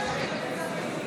רגע.